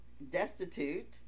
destitute